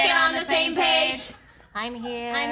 on the same page i'm here